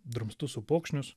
drumstus upokšnius